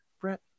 Brett